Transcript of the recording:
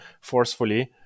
forcefully